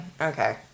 Okay